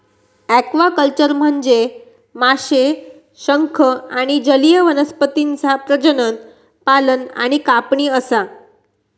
aquaculture म्हनजे माशे, शंख आणि जलीय वनस्पतींचा प्रजनन, पालन आणि कापणी असा